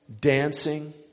dancing